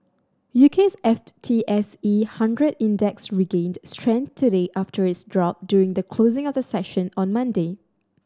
U K's F T S E one hundred Index regained strength today after its drop during the closing of the session on Monday